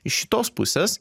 iš šitos pusės